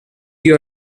you